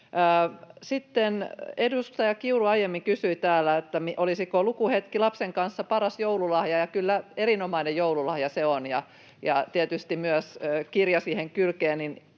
Sitten edustaja Kiuru aiemmin kysyi täällä, olisiko lukuhetki lapsen kanssa paras joululahja, ja kyllä, erinomainen joululahja se on. Tietysti myös kirja siihen kylkeen,